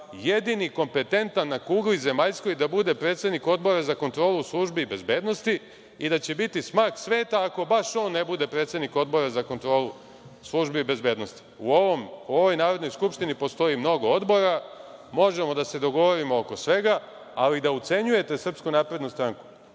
jedini kompetentan na kugli zemaljskoj da bude predsednik Odbora za kontrolu službi bezbednosti i da će biti smak sveta ako baš on ne bude predsednik Odbora za kontrolu službi bezbednosti. U ovoj Narodnoj skupštini postoji mnogo odbora, možemo da se dogovorimo oko svega, ali da ucenjujete SNS, to vam